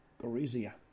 Gorizia